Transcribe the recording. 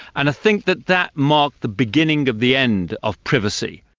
and i think that that marked the beginning of the end of privacy.